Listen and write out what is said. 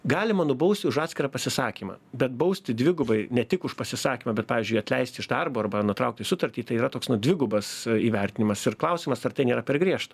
galima nubausti už atskirą pasisakymą bet bausti dvigubai ne tik už pasisakymą bet pavyzdžiui atleisti iš darbo arba nutraukti sutartį tai yra toks na dvigubas įvertinimas ir klausimas ar tai nėra per griežta